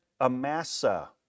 Amasa